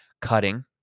cutting